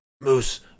Moose